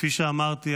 כפי שאמרתי,